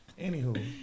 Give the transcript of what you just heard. Anywho